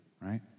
right